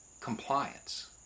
compliance